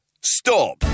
Stop